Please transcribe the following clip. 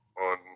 on